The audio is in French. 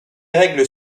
règles